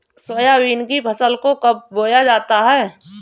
Soybean की फसल को कब बोया जाता है?